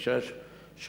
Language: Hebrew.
פלוס 6 נקודות,